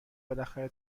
بالاخره